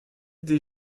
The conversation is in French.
des